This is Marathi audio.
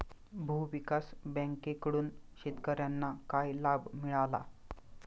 भूविकास बँकेकडून शेतकर्यांना काय लाभ मिळाला?